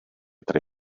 tra